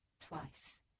twice